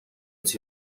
its